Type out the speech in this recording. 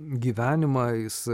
gyvenimą jis